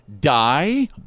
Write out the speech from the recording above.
die